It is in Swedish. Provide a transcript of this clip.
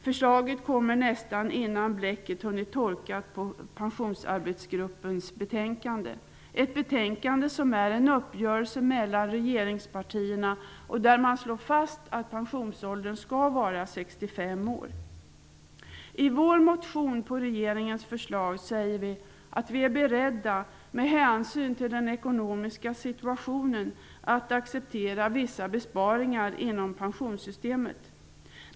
Förslaget kommer nästan innan bläcket har torkat i Pensionsarbetsgruppens betänkande -- ett betänkande som är en uppgörelse mellan regeringspartierna och där man slår fast att pensionsåldern skall vara 65 år. I vår motion med anledning av regeringens förslag säger vi att vi är beredda att, med hänsyn till den ekonomiska situationen, acceptera vissa besparingar inom pensionssystemet.